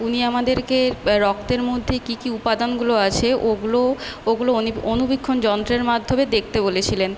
উনি আমাদেরকে রক্তের মধ্যে কী কী উপাদনগুলো আছে ওগুলোও ওগুলো অণুবীক্ষণ যন্ত্রের মাধ্যমে দেখতে বলেছিলেন